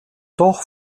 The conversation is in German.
doch